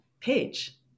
page